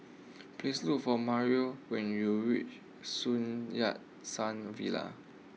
please look for Mario when you reach Sun Yat Sen Villa